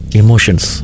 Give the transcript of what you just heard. emotions